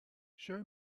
show